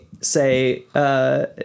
say